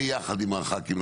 ביחד עם הח"כים.